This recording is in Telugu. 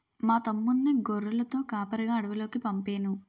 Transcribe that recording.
మా తమ్ముణ్ణి గొర్రెలతో కాపరిగా అడవిలోకి పంపేను